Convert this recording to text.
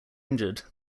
injured